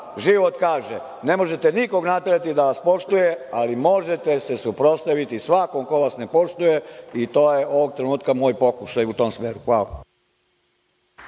život kaže – ne možete nikog naterati da vas poštuje, ali možete se suprotstaviti svakom ko vas ne poštuje, i to je ovog trenutka moj pokušaj u tom smeru. Hvala.